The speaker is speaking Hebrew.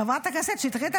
חברת הכנסת שטרית,